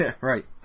Right